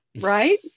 Right